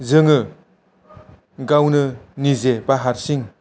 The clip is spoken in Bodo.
जोङो गावनो निजे बा हारसिं